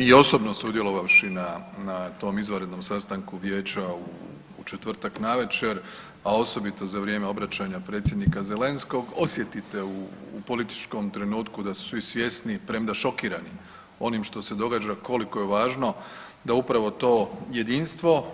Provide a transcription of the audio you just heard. I osobno sudjelovavši na, na tom izvanrednom sastanku vijeća u četvrtak navečer, a osobito za vrijeme obraćanja predsjednika Zelenskog osjetite u političkom trenutku da su svi svjesni premda šokirani onim što se događa koliko je važno da upravo to jedinstvo